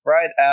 Right